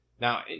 Now